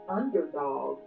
underdog